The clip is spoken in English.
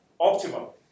optimal